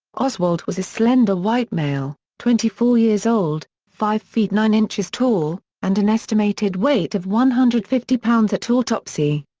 oswald was a slender white male, twenty four years old, five feet nine inches tall, and an estimated weight of one hundred and fifty pounds at autopsy.